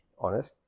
honest